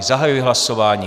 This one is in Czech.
Zahajuji hlasování.